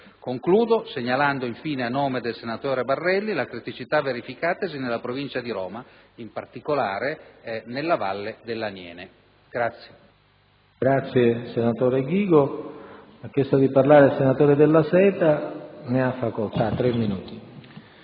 Concludo segnalando, a nome del senatore Barelli, la criticità verificatasi nella Provincia di Roma, in particolare nella valle dell'Aniene. [DELLA